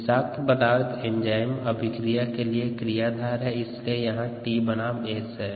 विषाक्त पदार्थ एंजाइम अभिक्रिया के लिए क्रियाधार है इसलिए यहाँ t बनाम S है